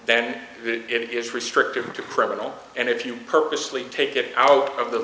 then it is restricted to criminal and if you purposely take it out of the